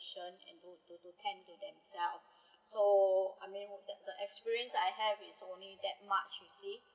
and to to to handle themselve so I mena the experience I have is only that much you see